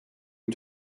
est